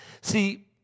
See